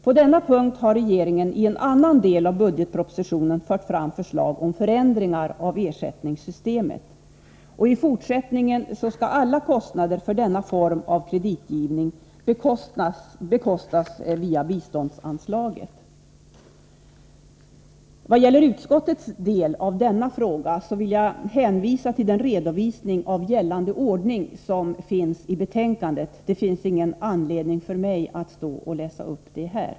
På denna punkt har regeringen i en annan del av budgetpropositionen fört fram förslag om förändringar av ersättningssystemet. I fortsättningen skall alla kostnader för denna form av kreditgivning bekostas via biståndsanslaget. Vad gäller utskottets behandling av denna fråga vill jag hänvisa till den redovisning av gällande ordning som finns i betänkandet. Det finns ingen anledning för mig att läsa upp det här.